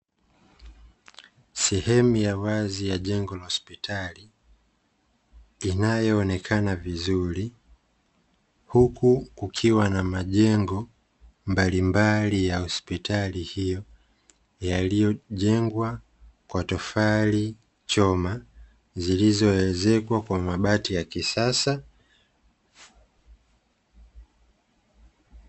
Sehemu ya wazi ya jengo la hosipitali inayoonekana vizuri, huku kukiwa na majengo mbalimbali ya hosipitali hio yaliojengwa kwa tofali choma zilizoezekwa kwa mabati ya kisasa.